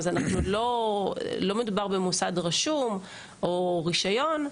לא מדובר במוסד רשום או ברישיון,